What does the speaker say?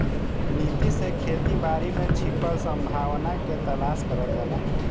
नीति से खेती बारी में छिपल संभावना के तलाश करल जाला